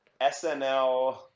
SNL